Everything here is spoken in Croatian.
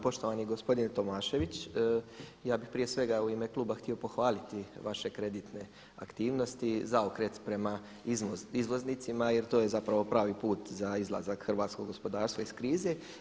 Poštovani gospodine Tomašević, ja bih prije svega u ime kluba htio pohvaliti vaše kreditne aktivnosti, zaokret prema izvoznicima jer to je pravi put za izlazak hrvatskog gospodarstva iz krize.